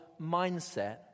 mindset